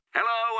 Hello